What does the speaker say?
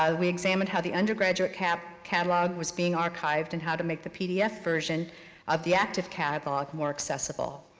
ah we examined how the undergraduate catalog catalog was being archived and how to make the pdf version of the active catalog more accessible.